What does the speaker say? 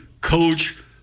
coach